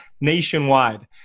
nationwide